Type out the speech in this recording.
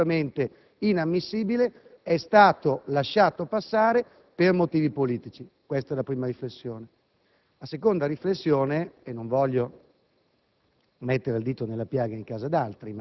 assolutamente infondato, assolutamente inammissibile, è stato lasciato passare per motivi politici. Questa è la prima riflessione. Seconda riflessione. Non voglio